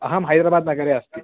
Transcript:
अहं हैद्राबादनगरे अस्मि